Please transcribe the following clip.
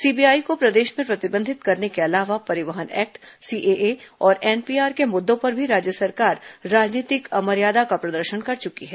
CBI को प्रदेश में प्रतिबंधित करने के अलावा परिवहन एक्ट सीएए और एनपीआर के मुद्दों पर भी राज्य सरकार राजनीतिक अमर्यादा का प्रदर्शन कर चुकी है